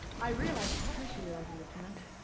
i realize the pressure you're under, lieutenant.